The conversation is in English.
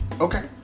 Okay